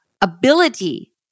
ability